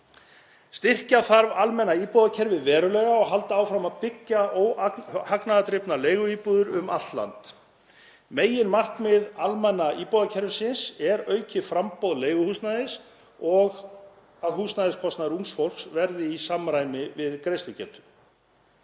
Styrkja þarf almenna íbúðakerfið verulega og halda áfram að byggja óhagnaðardrifnar leiguíbúðir um allt land. Meginmarkmið almenna íbúðakerfisins er aukið framboð leiguhúsnæðis og að húsnæðiskostnaður ungs fólks verði í samræmi við greiðslugetu.